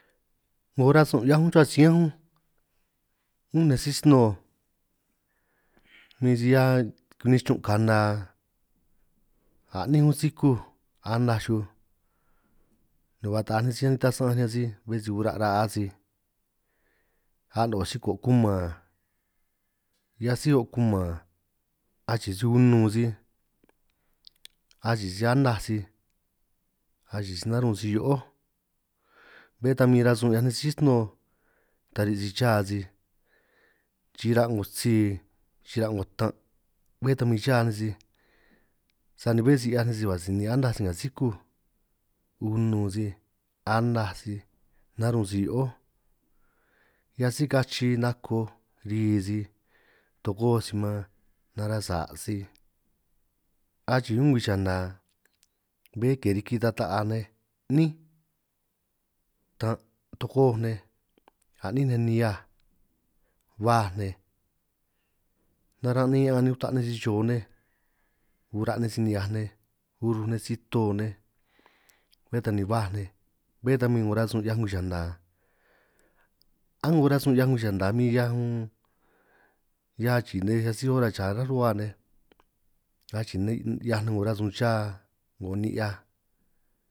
'Ngo rasun 'hiaj únj ruhua xiñán únj, únj nej sí sno'o min si hiaj huin nichun' ka'na a' anín únj sikúj anaj xuj, ni ba taaj nej sí nitaj san'anj riñan sij bé si ura' ra'a sij anooj chico kuman hiaj síj o' kuman, achii' sij unun sij achii sij anaj sij, achii sij narú' sij hio'ó bé ta min rasun 'hiaj nej sí sno'o, ta ri' sij cha sij chira''ngo tsi chira' 'ngo ttan', bé ta min cha nej sij sani bé si 'hiaj nej sij si ba' sinin anaj sij nga sikúj, unun sij anaj sij narún sij hio'ó, hiaj si kachi nakoj ri sij togó sij man nara' sa' sij, achii ñún ngwii chana bé ke riki ta taaj nej 'nín ttan' tokoj nej a'nín nej nihiaj, huaj nej naran' nej ña'aan ni uta nej si chihio nej ura' nej si-nihiaj nej, uruj nej si-to nej bé ta ni ba nej bé ta huin 'ngo rasun 'hiaj ngwii chana, a'ngo rasun 'hiaj ngwii chana min 'hiaj unn hiaj achii nej asij ora cha rá ruhua nej, achii nej 'hiaj nej 'ngo rasun cha 'ngo ni'hiaj.